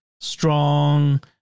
strong